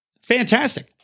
Fantastic